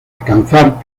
alcanzar